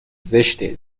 زشته